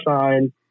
sign